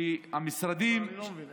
כי המשרדים, אני לא מבין.